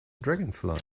dragonfly